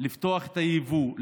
לפתוח את היבוא,